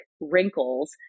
wrinkles